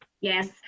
Yes